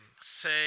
Say